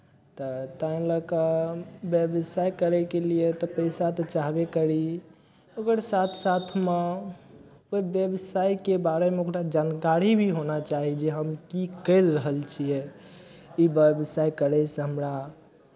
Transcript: तऽ ताहि लऽ कऽ व्यवसाय करयके लिए तऽ पैसा तऽ चाहबे करी ओकर साथ साथमे ओहि व्यवसायके बारेमे ओकरा जानकारी भी होना चाही जे हम की करि रहल छियै ई व्यवसाय करयसँ हमरा